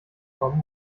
kommen